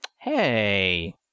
Hey